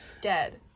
Dead